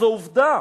זה עובדה,